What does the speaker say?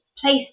place